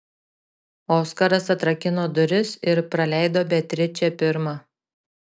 oskaras atrakino duris ir praleido beatričę pirmą